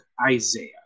Isaiah